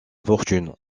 fortune